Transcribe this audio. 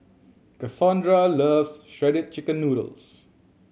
Cassondra loves Shredded Chicken Noodles